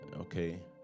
Okay